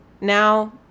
now